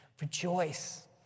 rejoice